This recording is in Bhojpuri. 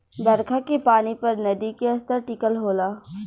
बरखा के पानी पर नदी के स्तर टिकल होला